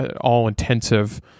all-intensive